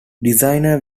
designer